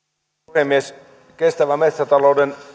puhemies kestävän metsätalouden